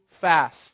fast